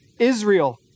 Israel